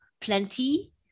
plenty